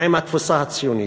עם התפיסה הציונית: